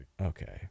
Okay